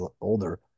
older